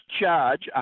charge